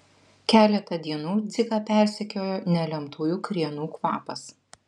keletą dienų dziką persekiojo nelemtųjų krienų kvapas